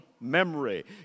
memory